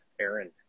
Aaron